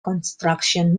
construction